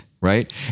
Right